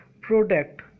product